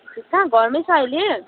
ए कहाँ घरमै छ अहिले